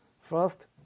First